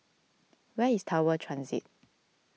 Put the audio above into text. where is Tower Transit